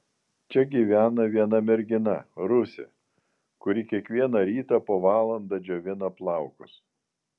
čia gyvena viena mergina rusė kuri kiekvieną rytą po valandą džiovina plaukus